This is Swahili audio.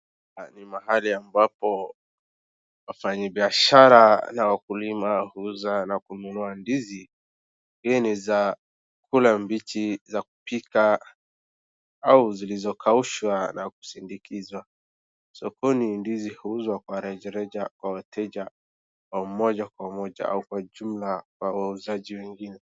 Ni mahali ambapo wafanyi biashara na wakulima, huza, na kununua ndizi, hii ni za kula mbichi, za kupika, au zilizo kaushwa na kusindikizwa. Sokoni ndizi huzuwa kwa rajareja, kwa wateja, kwa umoja kwa umoja, au kwa jumla, kwa wauzaji wengine.